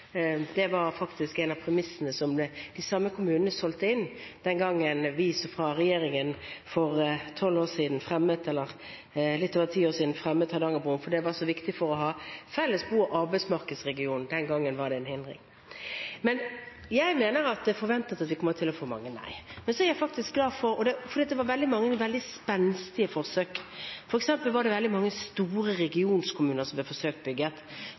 Det var faktisk en av premissene som de samme kommunene solgte inn, den gangen vi fra regjeringen for litt over ti år siden fremmet Hardangerbroen, for det var så viktig for å ha felles bo- og arbeidsmarkedsregion. Den gangen var det en hindring. Jeg mener at det er forventet at vi kommer til å få mange nei. Men så er jeg glad for at det var mange spenstige forsøk. For eksempel var det mange store regionskommuner som ble forsøkt bygget.